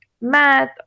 math